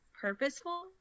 purposeful